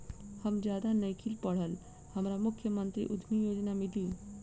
हम ज्यादा नइखिल पढ़ल हमरा मुख्यमंत्री उद्यमी योजना मिली?